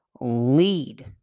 lead